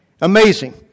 Amazing